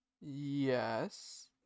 yes